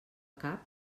cap